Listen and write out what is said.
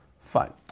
Fine